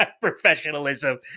professionalism